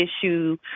issue